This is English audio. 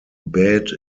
bed